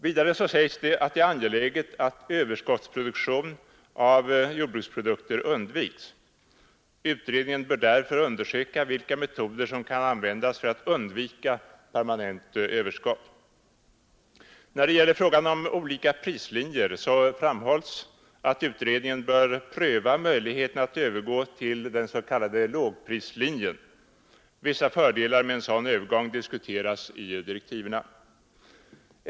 Vidare sägs det att det är angeläget att överskottsproduktion av jordbruksprodukter undviks. Utredningen bör därför undersöka vilka metoder som kan användas för att undvika permanenta överskott. När det gäller frågan om olika prislinjer framhålls att utredningen bör pröva möjligheterna att övergå till den s.k. lågprislinjen. Vissa fördelar med en sådan övergång diskuteras i direktiven.